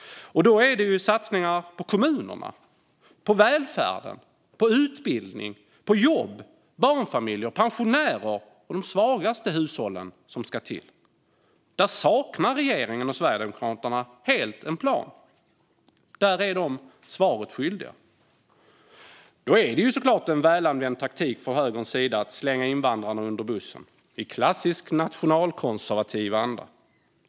Och då är det satsningar på kommunerna, välfärden, utbildning, jobb, barnfamiljerna, pensionärerna och de svagaste hushållen som ska till. Där saknar regeringen och Sverigedemokraterna helt en plan. Där är de svaret skyldiga. Då är det såklart en välanvänd taktik från högerns sida att slänga invandrarna under bussen, i klassisk nationalkonservativ andra.